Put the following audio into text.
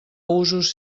usos